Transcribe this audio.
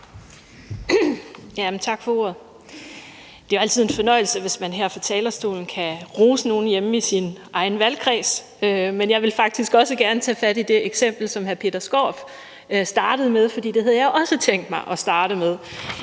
Tak for ordet. Det er jo altid en fornøjelse, hvis man her fra talerstolen kan rose nogen hjemme i sin egen valgkreds. Men jeg vil faktisk også gerne tage fat i det eksempel, som hr. Peter Skaarup startede med, for det havde jeg også tænkt mig at starte med.